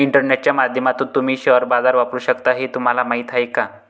इंटरनेटच्या माध्यमातून तुम्ही शेअर बाजार वापरू शकता हे तुम्हाला माहीत आहे का?